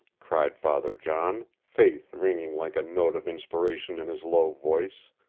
cried father john, faith ringing like a note of inspiration in his low voice.